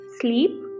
Sleep